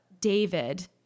David